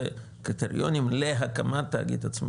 זה קריטריונים להקמת תאגיד עצמאי.